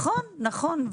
נכון,